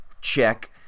check